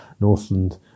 Northland